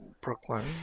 Brooklyn